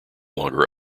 longer